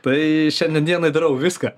tai šiandien dienai darau viską